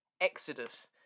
Exodus